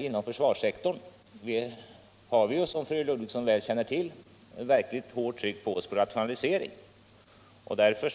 Inom försvarssektorn har vi, som fru Ludvigsson väl känner till, verkligt hårt tryck på oss att rationalisera. Försvarsdepartementet